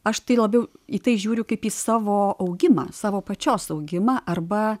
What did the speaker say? aš tai labiau į tai žiūriu kaip į savo augimą savo pačios augimą arba